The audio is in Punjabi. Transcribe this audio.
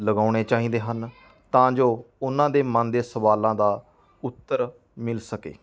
ਲਗਾਉਣੇ ਚਾਹੀਦੇ ਹਨ ਤਾਂ ਜੋ ਉਹਨਾਂ ਦੇ ਮਨ ਦੇ ਸਵਾਲਾਂ ਦਾ ਉੱਤਰ ਮਿਲ ਸਕੇ